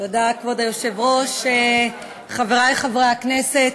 תודה, כבוד היושב-ראש, חבריי חברי הכנסת,